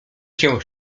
się